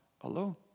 alone